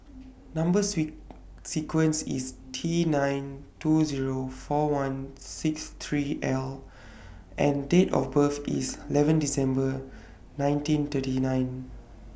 Number sequence IS T nine two Zero four one six three L and Date of birth IS eleven December nineteen thirty nine